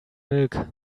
milk